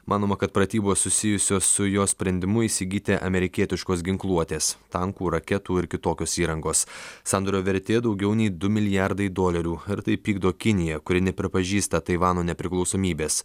manoma kad pratybos susijusios su jo sprendimu įsigyti amerikietiškos ginkluotės tankų raketų ir kitokios įrangos sandorio vertė daugiau nei du milijardai dolerių ir tai pykdo kiniją kuri nepripažįsta taivano nepriklausomybės